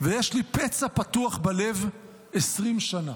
ויש לי פצע פתוח בלב 20 שנה.